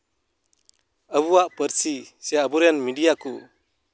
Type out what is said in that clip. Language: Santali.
ᱟᱵᱚᱣᱟᱜ ᱯᱟᱹᱨᱥᱤ ᱥᱮ ᱟᱵᱚᱨᱮᱱ ᱢᱤᱰᱤᱭᱟ ᱠᱚ